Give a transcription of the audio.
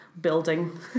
building